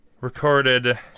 recorded